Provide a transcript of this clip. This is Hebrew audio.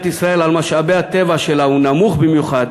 ישראל על משאבי הטבע שלה הוא נמוך במיוחד,